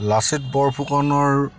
লাচিত বৰফুকনৰ